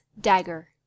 Dagger